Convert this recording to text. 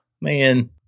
man